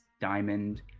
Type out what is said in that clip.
diamond